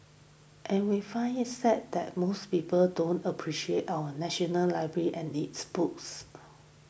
and we find it sad that most people don't appreciate our national library and its books